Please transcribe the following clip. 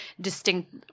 distinct